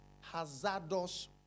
hazardous